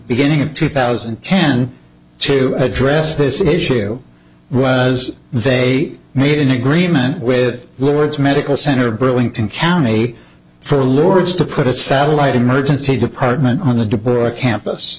beginning of two thousand and ten to address this issue was they made an agreement with the words medical center burlington county for a lure to put a satellite emergency department on the deploy campus